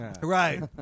Right